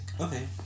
okay